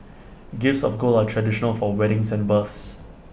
gifts of gold are traditional for weddings and births